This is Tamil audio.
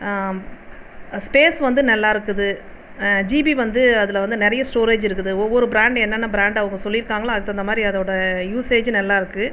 ஸ்பேஸ் வந்து நல்லாயிருக்குது ஜிபி வந்து அதில் வந்து நிறைய ஸ்டோரேஜ் இருக்குது ஒவ்வொரு ப்ராண்ட் என்னென்ன ப்ராண்ட் அவங்க சொல்லியிருக்காங்களோ அதுக்கு தகுந்த மாதிரி அதோடய யூசேஜ் நல்லாயிருக்கு